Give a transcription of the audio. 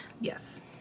yes